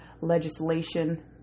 legislation